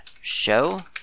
Show